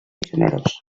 generós